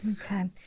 Okay